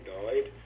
died